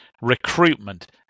recruitment